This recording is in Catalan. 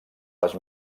les